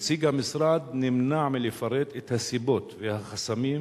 נציג המשרד נמנע מלפרט את הסיבות והחסמים,